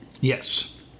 Yes